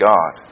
God